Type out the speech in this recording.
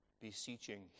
beseeching